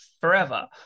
forever